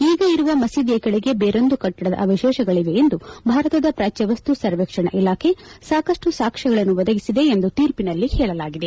ಈಗ ಇರುವ ಮಸೀದಿಯ ಕೆಳಗೆ ಬೇರೊಂದು ಕಟ್ಟಡದ ಅವಶೇಷಗಳವೆ ಎಂದು ಭಾರತದ ಪ್ರಾಚ್ಯವಸ್ತು ಸರ್ವೇಕ್ಷಣ ಇಲಾಖೆ ಸಾಕಷ್ಟು ಸಾಕ್ಷ್ಯಗಳನ್ನು ಒದಗಿಸಿದೆ ಎಂದು ತೀರ್ಪಿನಲ್ಲಿ ಹೇಳಲಾಗಿದೆ